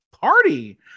party